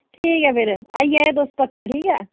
ठीक ऐ फिर आई जायो तुस पक्का ठीक ऐ